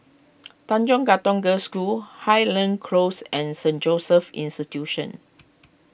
Tanjong Katong Girls' School Highland Close and Saint Joseph's Institution